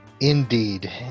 Indeed